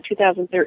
2013